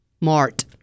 Mart